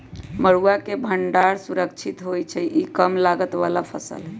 मरुआ के भण्डार सुरक्षित होइ छइ इ कम लागत बला फ़सल हइ